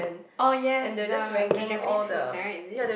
oh yes the the Japanese foods right is it